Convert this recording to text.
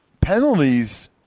penalties